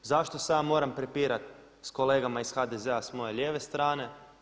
Zašto se ja moram prepirati sa kolegama iz HDZ-a sa moje lijeve strane.